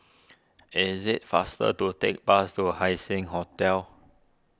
is it faster to take bus to Haising Hotel